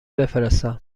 بفرستم